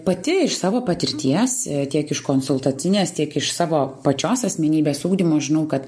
pati iš savo patirties tiek iš konsultacinės tiek iš savo pačios asmenybės ugdymo žinau kad